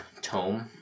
tome